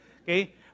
okay